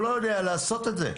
הוא לא יודע לעשות את זה.